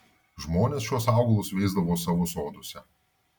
žmonės šiuos augalus veisdavo savo soduose